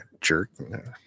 jerk